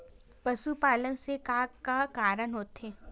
पशुपालन से का का कारण होथे?